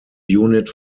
unit